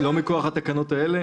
לא מכוח התקנות האלה.